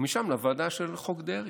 ומשם לוועדה של חוק דרעי.